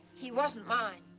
he wasn't mine.